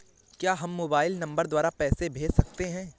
क्या हम mobile number द्वारा पैसे भेज सकते हैं?